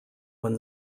when